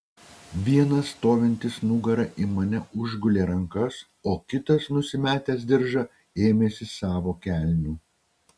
vienas stovintis nugara į mane užgulė rankas o kitas nusimetęs diržą ėmėsi savo kelnių